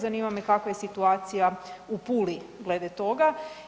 Zanima me kakva je situacija u Puli glede toga?